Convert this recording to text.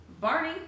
Barney